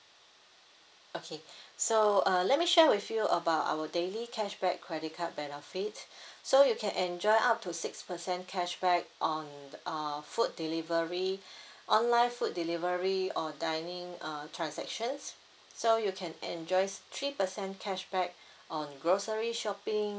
okay so uh let me share with you about our daily cashback credit card benefit so you can enjoy up to six percent cashback on uh food delivery online food delivery or dining uh transactions so you can enjoy three percent cashback on grocery shopping